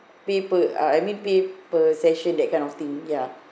pay per I mean pay per session that kind of thing ya